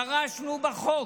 דרשנו בחוק,